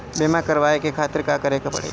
बीमा करेवाए के खातिर का करे के पड़ेला?